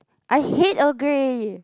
I hate Earl Grey